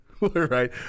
right